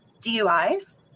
DUIs